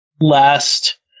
last